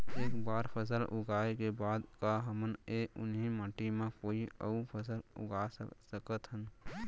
एक बार फसल उगाए के बाद का हमन ह, उही माटी मा कोई अऊ फसल उगा सकथन?